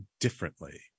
differently